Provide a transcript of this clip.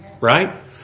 right